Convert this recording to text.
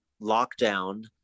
lockdown